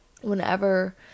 Whenever